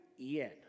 E-N